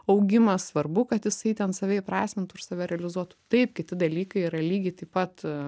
augimas svarbu kad jisai ten save įprasmintų ir save realizuotų taip kiti dalykai yra lygiai taip pat